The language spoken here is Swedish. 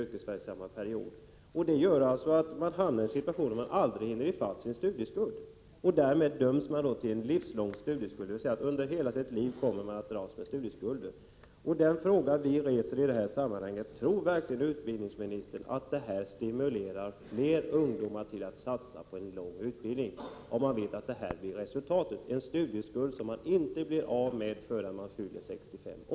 Vederbörande hamnar alltså i den situationen att de aldrig hinner i fatt när det gäller studieskulden. Därmed döms vederbörande till att under hela livet ha en studieskuld. Den fråga som vi ställer i detta sammanhang lyder: Tror verkligen utbildningsministern att en studieskuld som man inte blir av med förrän man fyllt 65 år stimulerar flera unga att satsa på en lång utbildning?